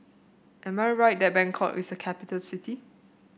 am I right that Bangkok is a capital city